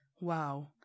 Wow